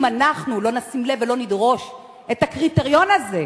אם אנחנו לא נשים לב ולא נדרוש שהקריטריון הזה,